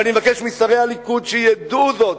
ואני מבקש משרי הליכוד שידעו זאת,